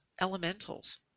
elementals